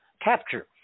capture